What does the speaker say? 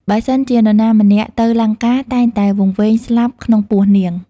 បើសិនជានរណាម្នាក់ទៅលង្កា តែងតែវង្វេងស្លាប់ក្នុងពោះនាង។